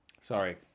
Sorry